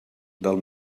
del